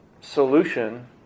solution